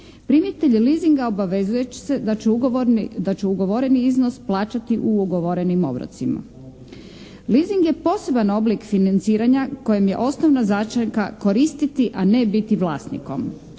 Primatelj leasinga obavezuje se da će ugovoreni iznos plaćati u ugovorenim obrocima. Leasing je poseban oblik financiranja kojem je osnovna značajka koristiti a ne biti vlasnikom.